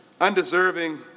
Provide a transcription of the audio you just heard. undeserving